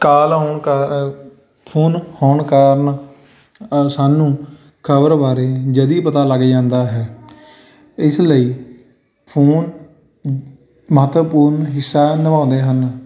ਕਾਲ ਆਉਣ ਕਾਰ ਫੋਨ ਹੋਣ ਕਾਰਨ ਸਾਨੂੰ ਖ਼ਬਰ ਬਾਰੇ ਜਦੀ ਪਤਾ ਲੱਗ ਜਾਂਦਾ ਹੈ ਇਸ ਲਈ ਫੋਨ ਮਹੱਤਵਪੂਰਨ ਹਿੱਸਾ ਨਿਭਾਉਂਦੇ ਹਨ